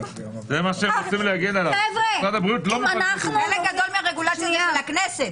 חלק גדול מהרגולציה זה של הכנסת.